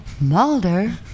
Mulder